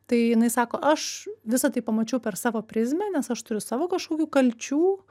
tai jinai sako aš visa tai pamačiau per savo prizmę nes aš turiu savo kažkokių kalčių